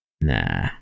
Nah